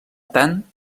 tant